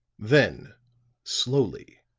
then slowly,